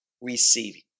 receiving